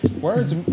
Words